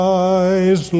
eyes